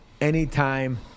anytime